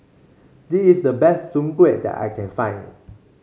this is the best Soon Kway that I can find